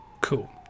cool